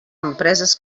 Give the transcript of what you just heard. empreses